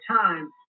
time